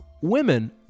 women